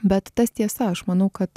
bet tas tiesa aš manau kad